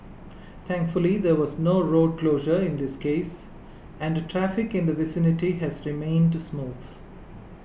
thankfully there was no road closure in this case and traffic in the vicinity has remained smooth